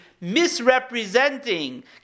misrepresenting